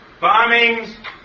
Bombings